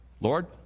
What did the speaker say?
Lord